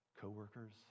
coworkers